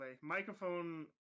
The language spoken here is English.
Microphone